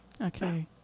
Okay